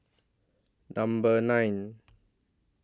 Number nine